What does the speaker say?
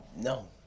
No